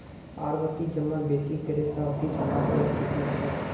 आवर्ती जमा बेसि करे सावधि जमार एक किस्म छ